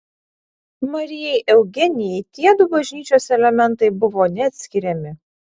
marijai eugenijai tiedu bažnyčios elementai buvo neatskiriami